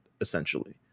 essentially